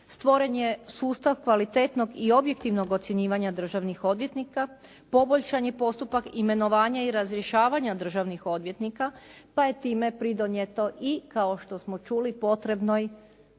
Stvoren je sustav kvalitetnog i objektivnog ocjenjivanja državnih odvjetnika, poboljšan je postupak imenovanja i razrješavanja državnih odvjetnika pa je time pridonijeto i kao što smo čuli potrebnoj,